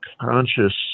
conscious